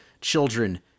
children